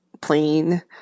plane